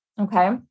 Okay